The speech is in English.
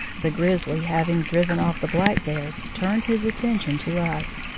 the grizzly, having driven off the black bears, turned his atten tion to us.